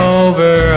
over